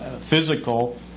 physical